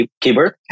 keyboard